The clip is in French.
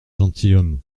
gentilhomme